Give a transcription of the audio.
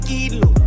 Kilo